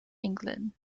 england